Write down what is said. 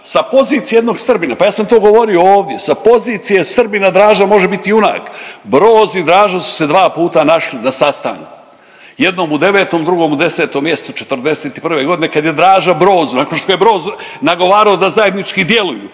sa pozicije jednog Srbina, pa ja sam to govorio ovdje, sa pozicije Srbina Draža može biti junak. Broz i Draža su se dva puta našli na sastanku, jednom u 9. drugom u 10. mjesecu '41. godine kad je Draža Brozu nakon što je Broz nagovarao da zajednički djeluju